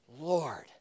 Lord